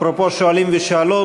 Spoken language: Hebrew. אפרופו שואלים ושואלות,